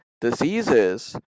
diseases